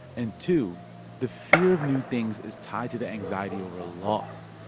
and two the fear of new things is tied to the anxiety over loss.